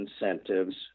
incentives